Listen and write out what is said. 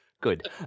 Good